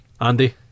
Andy